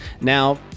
Now